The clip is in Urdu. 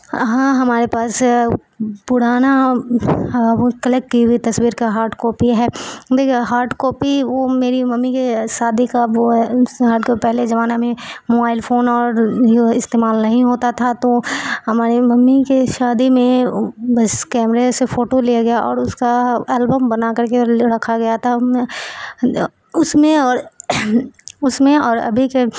ہاں ہمارے پاس پرانا ہاں وہ کلک کی ہوئی تصویر کا ہارڈ کاپی ہے دیکھیے ہاڈ کاپی وہ میری ممی کے شادی کا وہ ہے کو پہلے زمانے میں موائل فون اور جیو استعمال نہیں ہوتا تھا تو ہماری ممی کے شادی میں بس کیمرے سے فوٹو لیا گیا اور اس کا البم بنا کر کے رکھا گیا تھا اس میں اور اس میں اور ابھی کے